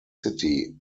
city